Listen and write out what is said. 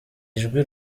ijwi